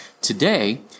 Today